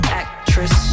actress